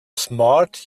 smart